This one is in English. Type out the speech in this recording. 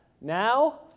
now